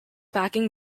backing